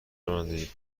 رانندگی